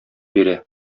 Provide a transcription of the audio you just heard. бирә